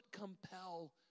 compel